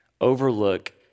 overlook